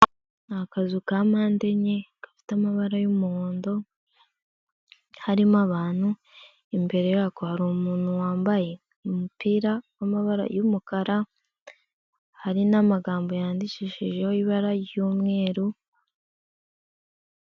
Ni akazu ka mpande enye gafite amabara y'umuhondo harimo abantu imbere yako hari umuntu wambaye umupira w'amabara y'umukara hari n'amagambo yandikishijeho ibara ry'umweru.